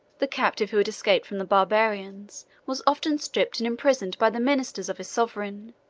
the captive who had escaped from the barbarians was often stripped and imprisoned by the ministers of his sovereign